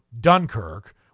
Dunkirk